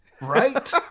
Right